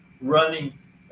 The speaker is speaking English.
running